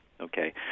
Okay